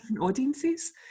audiences